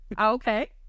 Okay